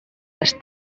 les